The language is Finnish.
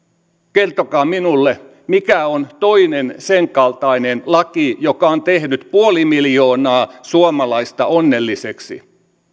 kertokaa minulle mikä on toinen sen kaltainen laki joka on tehnyt puoli miljoonaa suomalaista onnelliseksi